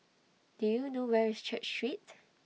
Do YOU know Where IS Church Street